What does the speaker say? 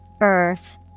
Earth